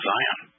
Zion